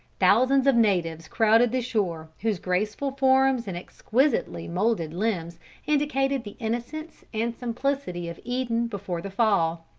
thousands of natives crowded the shore, whose graceful forms and exquisitely moulded limbs indicated the innocence and simplicity of eden before the fall.